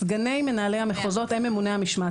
סגני מנהלי המחוזות הם ממוני המשמעת.